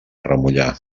remullar